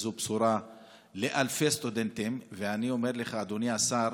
זו בשורה לאלפי סטודנטים ואני אומר לך, אדוני השר,